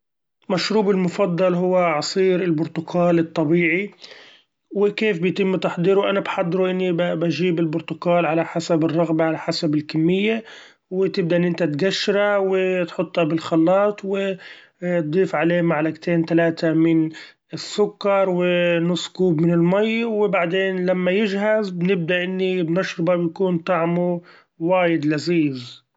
صراحة، أحب ألعب كرة القدم; لأنها تجمع بين الحماس والتحدي، وأحب أجواء الفريق والتعأون اللي فيها ،الشعور بالفوز بعد مجهود جماعي دأيم يعطيني طاقة إيجابية!